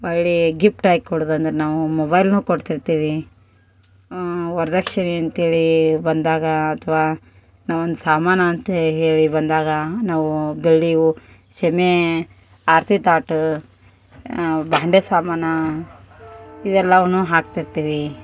ಹೊಳ್ಳೀ gift ಆಗ್ ಕೊಡೋದು ಅಂದ್ರೆ ನಾವು ಮೊಬೈಲನ್ನು ಕೊಡ್ತಿರ್ತೀವಿ ವರದಕ್ಷಿಣೆ ಅಂತೇಳಿ ಬಂದಾಗ ಅಥವಾ ನಾವು ಒಂದು ಸಾಮಾನು ಅಂತ ಹೇಳಿ ಬಂದಾಗ ನಾವು ಬೆಳ್ಳಿವು ಶಮೇ ಆರತಿ ತಾಟು ಬಾಂಡೆ ಸಾಮಾನು ಇವೆಲ್ಲವನ್ನು ಹಾಕ್ತಿರ್ತೀವಿ